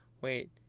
wait